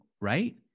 right